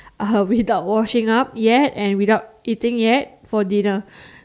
uh without washing up yet and without eating yet for dinner